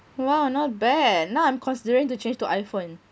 !wow! not bad now I'm considering to change to iphone